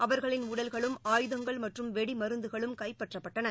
அவர்களின் உடல்களும் ஆயுதங்கள் மற்றும் வெடிமருந்துகளும் கைப்பற்றப்பட்டன